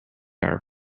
are